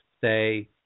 say